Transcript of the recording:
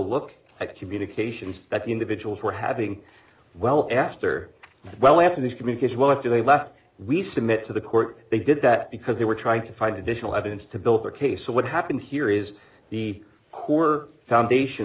look at communications that the individuals were having well after well after this communication well after they left we submit to the court they did that because they were trying to find additional evidence to build their case so what happened here is the core foundation